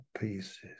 pieces